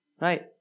Right